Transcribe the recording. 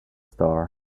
star